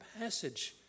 passage